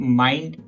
mind